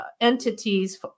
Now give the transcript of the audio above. entities